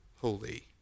holy